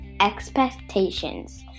expectations